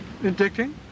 Addicting